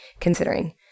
considering